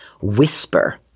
whisper